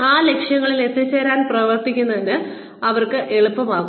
ആ ലക്ഷ്യങ്ങളിൽ എത്തിച്ചേരാൻ പ്രവർത്തിക്കുന്നതിന് അവർക്ക് എളുപ്പമാകും